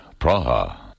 Praha